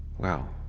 well,